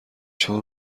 شما